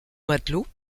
matelots